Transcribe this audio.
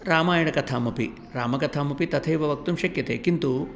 रामायणकथामपि रामकथामपि तथैव वक्तुं शक्यते किन्तु